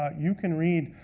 ah you can read,